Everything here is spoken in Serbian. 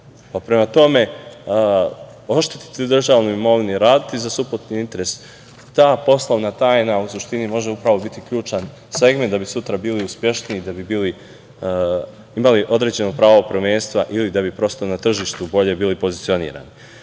tome, odštetiti državnu imovinu, raditi za suprotni interes, ta poslovna tajna u suštini može biti upravo ključan segment da bi sutra bili uspešniji, da bi imali određeno pravo prvenstva ili da bi prosto na tržištu bolje bili pozicionirani.U